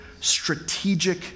strategic